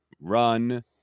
run